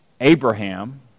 Abraham